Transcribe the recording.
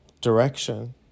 direction